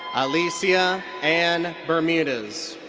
alicia anne bermudez.